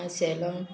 माशेलां